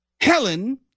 Helen